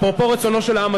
אפרופו רצונו של העם,